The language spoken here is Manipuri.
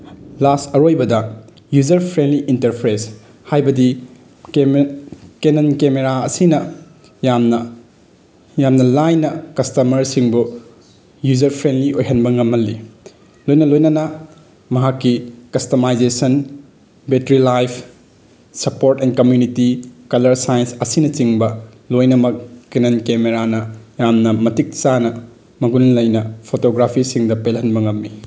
ꯂꯥꯁ ꯑꯔꯣꯏꯕꯗ ꯌꯨꯖꯔ ꯐ꯭ꯔꯦꯟꯂꯤ ꯏꯟꯇꯔꯐꯦꯁ ꯍꯥꯏꯕꯗꯤ ꯀꯦꯅꯟ ꯀꯦꯃꯦꯔꯥ ꯑꯁꯤꯅ ꯌꯥꯝꯅ ꯌꯥꯝꯅ ꯂꯥꯏꯅ ꯀꯁꯇꯃꯔꯁꯤꯡꯕꯨ ꯌꯨꯖꯔ ꯐ꯭ꯔꯦꯟꯂꯤ ꯑꯣꯏꯍꯟꯕ ꯉꯝꯍꯜꯂꯤ ꯂꯣꯏꯅ ꯂꯣꯏꯅꯅ ꯃꯍꯥꯛꯀꯤ customization battery life support and community colour size ꯑꯁꯤꯅꯆꯤꯡꯕ ꯂꯣꯏꯅꯃꯛ ꯀꯦꯅꯟ ꯀꯦꯃꯦꯔꯥꯅ ꯌꯥꯝꯅ ꯃꯇꯤꯛ ꯆꯥꯅ ꯃꯒꯨꯟ ꯂꯩꯅ ꯐꯣꯇꯣꯒ꯭ꯔꯥꯐꯤꯁꯤꯡꯗ ꯄꯦꯜꯍꯟꯕ ꯉꯝꯃꯤ